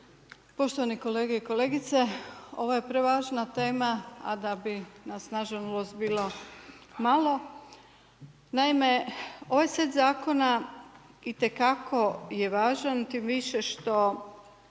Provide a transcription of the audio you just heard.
Poštovani kolege i kolegice. Ovo je prevažna tema, a da bi nas na žalost bilo malo. Naime, ovaj set zakona i te kako je važan tim više što